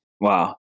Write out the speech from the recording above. Wow